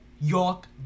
York